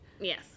Yes